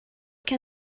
can